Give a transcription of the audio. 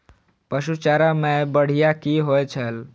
पशु चारा मैं बढ़िया की होय छै?